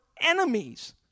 enemies